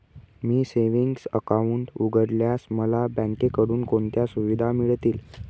मी savings account उघडल्यास मला बँकेकडून कोणत्या सुविधा मिळतील?